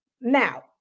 Now